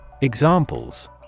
Examples